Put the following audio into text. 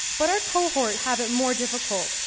but our cohort have it more difficult.